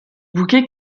bouquet